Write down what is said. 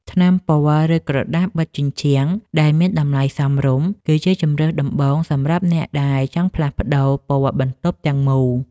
ថ្នាំពណ៌ ឬក្រដាសបិទជញ្ជាំង ដែលមានតម្លៃសមរម្យ គឺជាជម្រើសដំបូងសម្រាប់អ្នកដែលចង់ផ្លាស់ប្តូរពណ៌បន្ទប់ទាំងមូល។